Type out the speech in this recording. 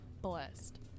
blessed